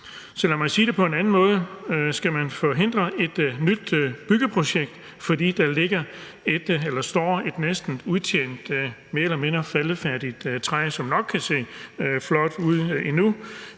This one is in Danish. Så lad mig sige det på en anden måde: Skal man forhindre et nyt byggeprojekt, fordi der står et næsten udtjent, mere eller mindre faldefærdigt træ, som nok kan se flot ud en